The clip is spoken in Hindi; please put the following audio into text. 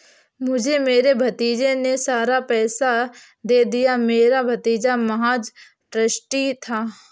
मुझे मेरे भतीजे ने सारा पैसा दे दिया, मेरा भतीजा महज़ ट्रस्टी था